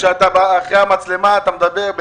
כשאתה אחרי המצלמה אתה מדבר,